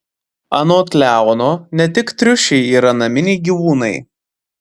anot leono ne tik triušiai yra naminiai gyvūnai